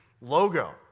logo